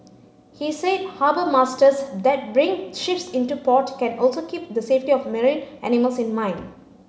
he said harbour masters that bring ships into port can also keep the safety of marine animals in mind